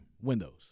Windows